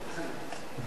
תודה רבה.